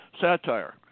satire